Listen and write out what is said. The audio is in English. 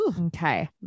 Okay